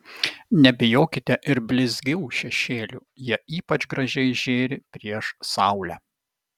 nebijokite ir blizgių šešėlių jie ypač gražiai žėri prieš saulę